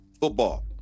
Football